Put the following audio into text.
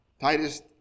Titus